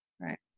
right